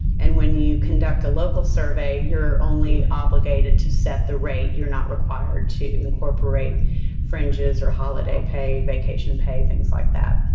and when you conduct a local survey, you're only obligated to set the rate. you're not required to incorporate fringes or holiday pay, vacation pay, things like that.